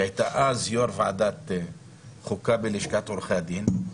שהייתה אז יו"ר ועדת חוקה בלשכת עורכי הדין.